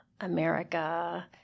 America